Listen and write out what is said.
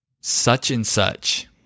Such-and-such